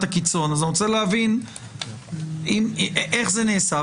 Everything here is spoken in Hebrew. הקיצון הזו ואני רוצה להבין איך זה נעשה.